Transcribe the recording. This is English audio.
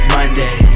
Monday